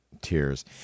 tears